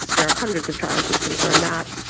there are hundreds of trials which confirm that.